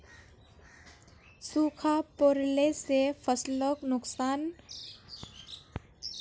सूखा पोरला से फसलक बहुत नुक्सान हछेक